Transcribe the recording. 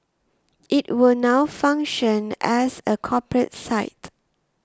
it will now function as a corporate site